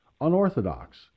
unorthodox